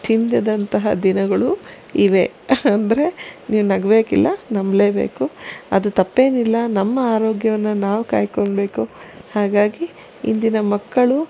ತಿಂದಿದಂತಹ ದಿನಗಳು ಇವೆ ಅಂದರೆ ನೀವು ನಗಬೇಕಿಲ್ಲ ನಂಬಲೇಬೇಕು ಅದು ತಪ್ಪೇನಿಲ್ಲ ನಮ್ಮ ಆರೋಗ್ಯವನ್ನು ನಾವು ಕಾಯ್ಕೊಂಬೇಕು ಹಾಗಾಗಿ ಇಂದಿನ ಮಕ್ಕಳು